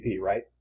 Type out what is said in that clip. right